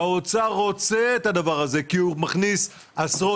האוצר רוצה את הדבר הזה כי הוא מכניס עשרות